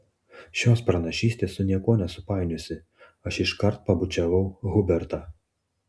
šios pranašystės su niekuo nesupainiosi aš iškart pabučiavau hubertą